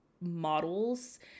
models